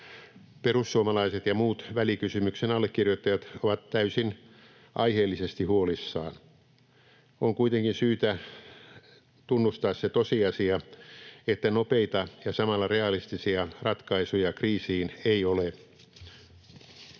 Perussuomalaiset ja muut välikysymyksen allekirjoittajat ovat täysin aiheellisesti huolissaan. On kuitenkin syytä tunnustaa se tosiasia, että nopeita ja samalla realistisia ratkaisuja kriisiin ei ole.